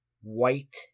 white